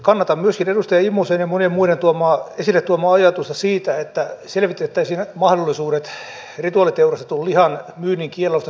kannatan myöskin edustaja immosen ja monien muiden esille tuomaa ajatusta siitä että selvitettäisiin mahdollisuudet rituaaliteurastetun lihan myynnin kieltoon suomessa